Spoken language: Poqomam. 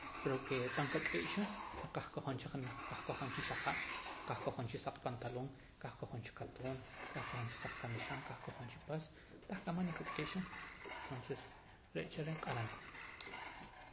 Pero ke tah qak'i'xa qah kojom janaj qah kojom cha xajab' qah kojom cha saq pantaloon qah kojom cha katoon qahkojom cha saq kamixe'n qah kojom cha paas tah kamak niqak'i'xa tonces re' cha re' nq'aram koon